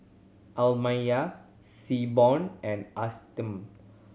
Amelia Seaborn and Ashanti